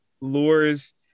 lures